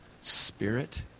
spirit